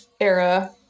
era